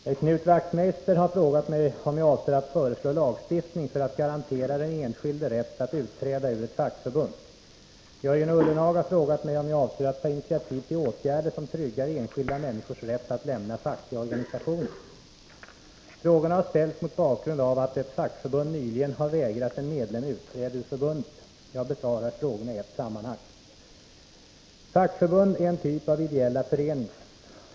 Herr talman! Knut Wachtmeister har frågat mig om jag avser att föreslå lagstiftning för att garantera den enskilde rätt att utträda ur ett fackförbund. Jörgen Ullenhag har frågat mig om jag avser att ta initiativ till åtgärder som tryggar enskilda människors rätt att lämna fackliga organisationer. Frågorna har ställts mot bakgrund av att ett fackförbund nyligen har vägrat en medlem utträde ur förbundet. Jag besvarar frågorna i ett sammanhang. Fackförbund är en typ av ideella föreningar.